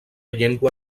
llengua